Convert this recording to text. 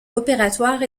opératoire